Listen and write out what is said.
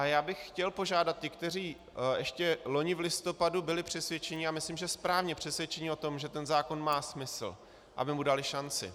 Já bych chtěl požádat ty, kteří ještě loni v listopadu byli přesvědčeni, a myslím, že správně přesvědčeni o tom, že ten zákon má smysl, aby mu dali šanci.